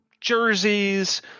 jerseys